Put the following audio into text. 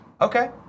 Okay